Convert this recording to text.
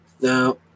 now